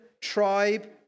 tribe